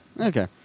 Okay